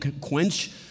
quench